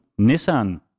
Nissan